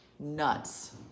Nuts